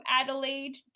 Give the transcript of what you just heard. Adelaide